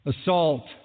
assault